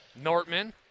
Nortman